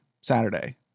Saturday